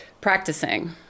practicing